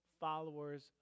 followers